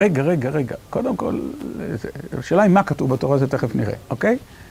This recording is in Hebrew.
רגע, רגע, רגע, קודם כל השאלה היא מה כתוב בתורה זה תכף נראה, אוקיי?